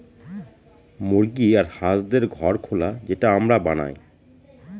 মুরগি আর হাঁসদের ঘর খোলা যেটা আমরা বানায়